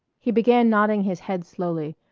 he began nodding his head slowly,